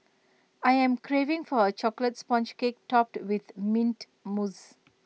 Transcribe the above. I am craving for A Chocolate Sponge Cake Topped with Mint Mousse